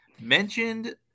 mentioned